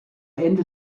ende